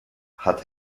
hat